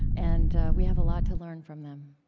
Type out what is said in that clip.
and we have a lot to learn from them